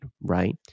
right